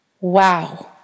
Wow